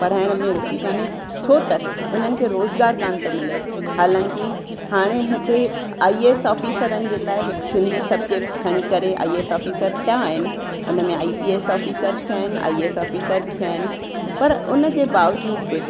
पढ़ाइण में रूची कोन्हे छो त उन्हनि खे रोज़गारु कोन थो मिले हालांकि हाणे हिते आई एस ऑफीसरनि जे लाइ सिंधी सबजेक्ट खणी करे आई एस ऑफीसर थिया आहिनि उन में आइ पी एस ऑफिसर थिया आहिनि आइ एस ऑफीसर बि थिया आहिनि पर उन जे बावजूदि बि